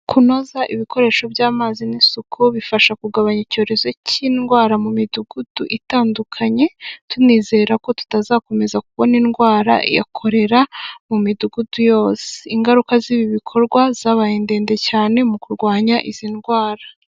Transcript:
Kunoza ibikoresho by'amazi n'isuku, bifasha kugabanya icyorezo cy'indwara mu midugudu itandukanye, tunizera ko tutazakomeza kubona indwara ya Korera mu midugudu yose. Ingaruka z'ibi bikorwa zabaye ndende cyane mu kurwanya izi ndwara.